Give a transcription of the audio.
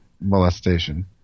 molestation